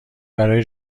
برای